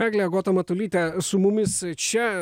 eglė agota matulytė su mumis čia